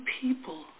people